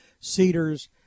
Cedars